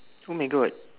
oh my god